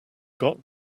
got